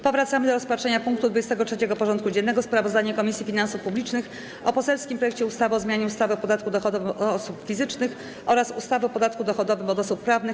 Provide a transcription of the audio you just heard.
Powracamy do rozpatrzenia punktu 23. porządku dziennego: Sprawozdanie Komisji Finansów Publicznych o poselskim projekcie ustawy o zmianie ustawy o podatku dochodowym od osób fizycznych oraz ustawy o podatku dochodowym od osób prawnych.